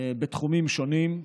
בתחומים שונים,